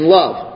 love